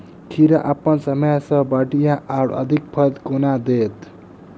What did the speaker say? खीरा अप्पन समय सँ बढ़िया आ अधिक फल केना देत?